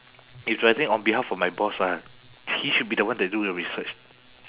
it's writing on behalf of my boss lah he should be the one that do the research